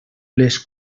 les